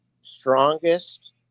strongest